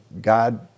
God